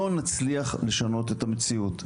לא נצליח לשנות את המציאות.